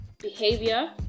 behavior